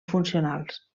funcionals